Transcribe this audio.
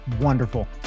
wonderful